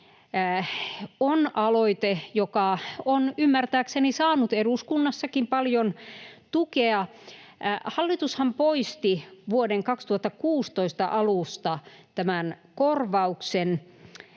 on aloite, joka on ymmärtääkseni saanut eduskunnassakin paljon tukea. Hallitushan poisti vuoden 2016 alusta tämän korvauksen.